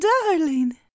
Darling